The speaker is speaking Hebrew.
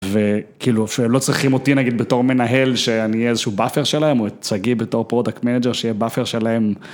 וכאילו שלא צריכים אותי נגיד בתור מנהל שאני אהיה איזה שהוא באפר שלהם או את שגיא בתור פרודקט מנג'ר שיהיה באפר שלהם.